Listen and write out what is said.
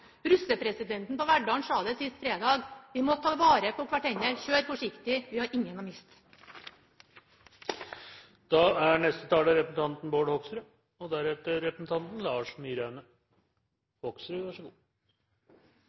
på Verdal sa det sist fredag: Vi må ta vare på hverandre. Kjør forsiktig – vi har ingen å miste. Det er